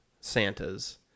Santas